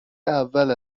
اول